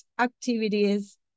activities